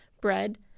bread